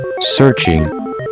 Searching